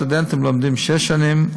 הסטודנטים לומדים שש שנים,